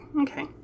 Okay